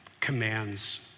commands